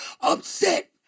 upset